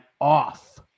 off